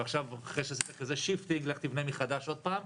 ועכשיו לך תבנה מחדש עוד פעם.